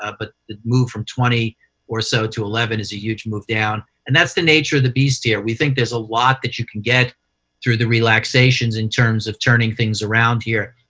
ah but the move from twenty or so to eleven is a huge move down. and that's the nature of the beast here. we think there's a lot that you can get through the relaxations in terms of turning things around here.